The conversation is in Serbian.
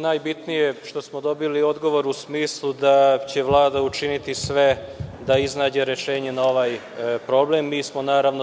najbitnije što smo dobili odgovor u smislu da će Vlada učiniti sve da iznađe rešenje za ovaj problem.